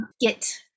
get